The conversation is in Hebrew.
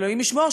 אלוהים ישמור,